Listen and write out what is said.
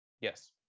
Yes